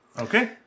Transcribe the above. Okay